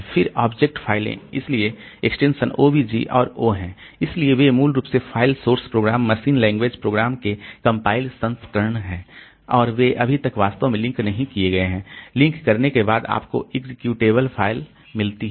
फिर ऑब्जेक्ट फ़ाइलें इसलिए एक्सटेंशन obj और o हैं इसलिए वे मूल रूप से file source program machine language program के कंपाइल्ड संस्करण हैं और वे अभी तक वास्तव में लिंक नहीं किए गए हैं लिंक करने के बाद आपको एक्सेक्यूटेबल फ़ाइल मिलती है